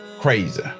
Crazy